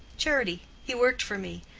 charity! he worked for me,